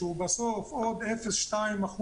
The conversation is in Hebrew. שהוא בסוף עוד 0.2%,